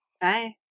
Bye